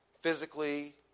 physically